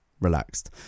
relaxed